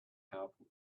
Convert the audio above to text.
powerful